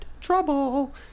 trouble